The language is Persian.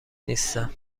نیستم